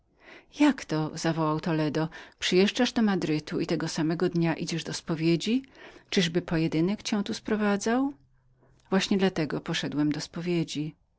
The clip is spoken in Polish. jak to zawołał toledo przyjeżdżasz do madrytu dla pojedynku i tego samego dnia idziesz do spowiedzi właśnie dla tego poszedłem do spowiedzi